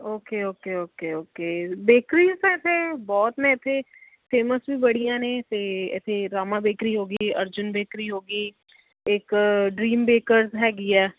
okay okay okay okay bakeries ਤਾਂ ਇੱਥੇ ਬਹੁਤ ਨੇ ਇੱਥੇ ਫੇਮਸ ਵੀ ਬੜੀਆਂ ਨੇ ਅਤੇ ਇੱਥੇ ਰਾਮਾ ਬੇਕਰੀ ਹੋ ਗਈ ਅਰਜਨ ਬੇਕਰੀ ਹੋ ਗਈ ਇੱਕ ਡਰੀਮ ਬੇਕਰਸ ਹੈਗੀ ਆ